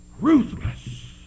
ruthless